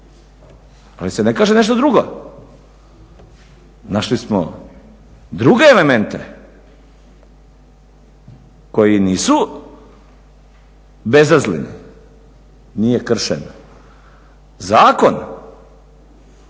Ali se ne kaže nešto drugo, našli smo druge elemente koji nisu bezazleni, nije kršen zakon